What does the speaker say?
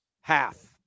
half